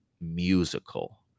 musical